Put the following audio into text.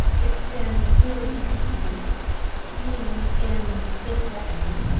it's been really interesting being in this decade